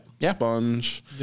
sponge